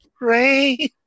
rain